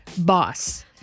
boss